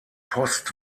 post